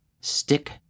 Stick